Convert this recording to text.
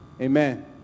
Amen